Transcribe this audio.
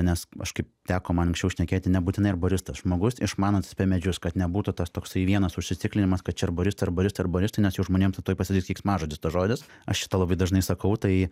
nes aš kaip teko man anksčiau šnekėti nebūtinai arboristas žmogus išmanantis apie medžius kad nebūtų tas toksai vienas užsiciklinimas kad čia arboristai arboristai arboristai nes jau žmonėms tuoj pasidarys keiksmažodis tas žodis aš šitą labai dažnai sakau tai